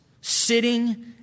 sitting